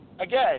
again